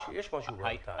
יש משהו בטענה.